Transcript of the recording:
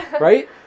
Right